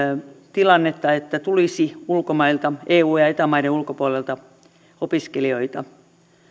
tilannetta että tulisi ulkomailta eu ja eta maiden ulkopuolelta opiskelijoita